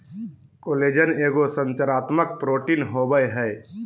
collagen एगो संरचनात्मक protein होबैय हइ